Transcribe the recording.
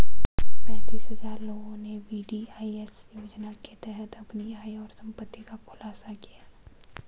पेंतीस हजार लोगों ने वी.डी.आई.एस योजना के तहत अपनी आय और संपत्ति का खुलासा किया